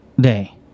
day